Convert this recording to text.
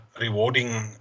rewarding